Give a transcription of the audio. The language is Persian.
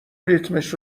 ریتمش